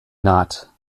not